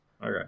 okay